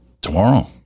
Tomorrow